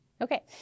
Okay